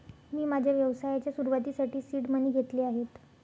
मी माझ्या व्यवसायाच्या सुरुवातीसाठी सीड मनी घेतले आहेत